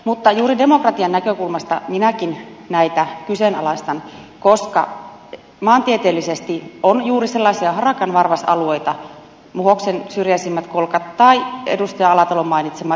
mutta juuri demokratian näkökulmasta minäkin näitä kyseenalaistan koska maantieteellisesti on juuri sellaisia harakanvarvasalueita muhoksen syrjäisimmät kolkat tai edustaja alatalon mainitsema ylikiiminki